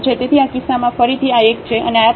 તેથી આ કિસ્સામાં ફરીથી આ 1 છે અને આ પણ 1 છે